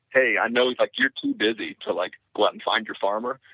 hey, i know like you're too busy to like go out and find your farmer,